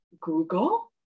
Google